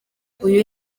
uyu